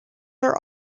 are